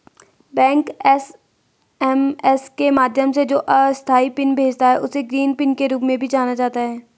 bank SMS के माध्यम से जो अस्थायी पिन भेजता है, उसे ग्रीन पिन के रूप में भी जाना जाता है